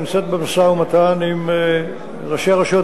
ונמצאת במשא-ומתן עם ראשי הרשויות